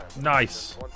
Nice